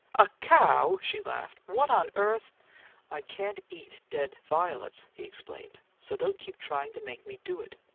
a cow? she laughed. what on earth i can't eat dead violets, he explained. so don't keep tryin' to make me do it.